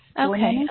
Okay